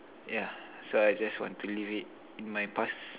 yeah so I just want to leave it in my past